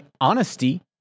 honesty